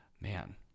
man